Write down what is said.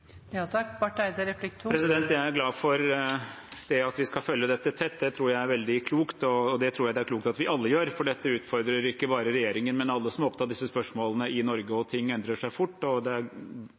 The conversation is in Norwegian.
Jeg er glad for det at vi skal følge dette tett, det tror jeg er veldig klokt, og det tror jeg er klokt at vi alle gjør. For dette utfordrer ikke bare regjeringen, men alle som er opptatt av disse spørsmålene i Norge. Ting endrer seg fort, og det er